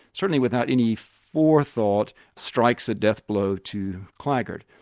certainly without any forethought, strikes a death blow to claggart.